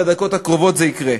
בדקות הקרובות זה יקרה,